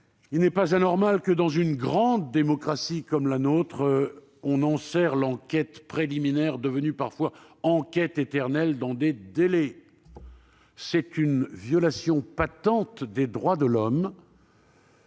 Il n'est pas anormal que dans une grande démocratie comme la nôtre, on enserre l'enquête préliminaire, devenue parfois enquête éternelle, dans des délais. C'est une violation patente des droits de l'homme